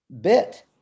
bit